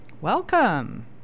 Welcome